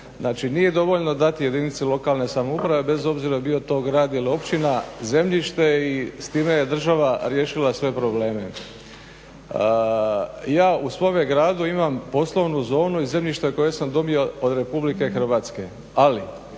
Znači, nije dovoljno dati jedinici lokalne samouprave bez obzira bio to grad ili općina zemljište i s time je država riješila sve probleme. Ja u svome gradu imam poslovnu zonu i zemljište koje sam dobio od RH. Ali, imam